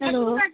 hello